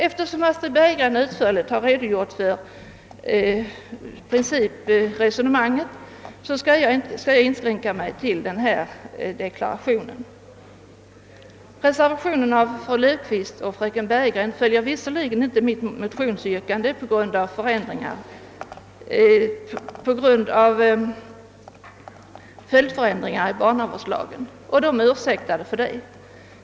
Eftersom fröken Bergegren utförligt har redogjort för principresonemanget, skall jag inskränka mig till denna deklaration. Reservationen av fru Löfqvist och fröken Bergegren följer visserligen på grund av följdförändringar i barnavårdslagen inte mitt motionsyrkande. Reservanterna är ursäktade härför.